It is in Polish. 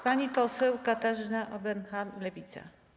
Pani poseł Katarzyna Ueberhan, Lewica.